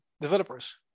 developers